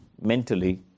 mentally